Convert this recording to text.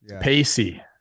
Pacey